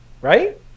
right